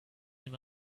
him